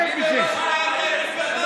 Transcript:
שב בשקט.